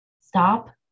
Stop